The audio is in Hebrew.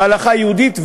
בהלכה היהודית.